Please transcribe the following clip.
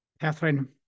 Catherine